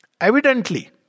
Evidently